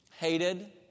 ...hated